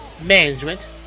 management